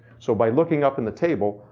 so by looking up in the table,